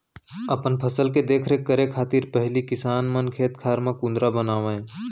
अपन फसल के देख रेख करे खातिर पहिली किसान मन खेत खार म कुंदरा बनावय